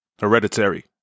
Hereditary